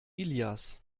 ilias